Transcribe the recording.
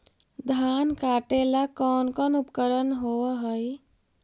धान काटेला कौन कौन उपकरण होव हइ?